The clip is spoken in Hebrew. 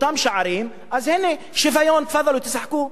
אותם שערים, אז הנה, שוויון, תפאדלו, תשחקו.